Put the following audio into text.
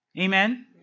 Amen